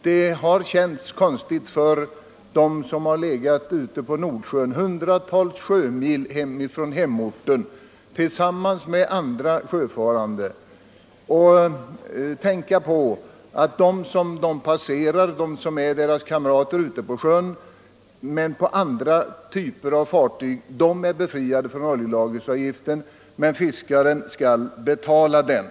Det har känts konstigt för dem som legat ute på Nordsjön, hundratals sjömil från hemorten, tillsammans med andra sjöfarande att tänka på att de kamrater som de passerar ute på sjön på andra typer av fartyg är befriade från oljelagringsavgiften medan fiskaren måste betala den.